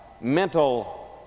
mental